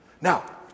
Now